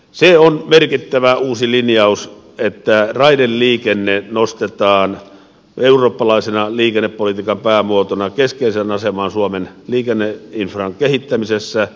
se on merkittävä uusi linjaus että raideliikenne nostetaan eurooppalaisena liikennepolitiikan päämuotona keskeiseen asemaan suomen liikenneinfran kehittämisessä